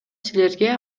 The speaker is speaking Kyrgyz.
силерге